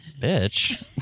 Bitch